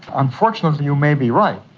unfortunately you may be right,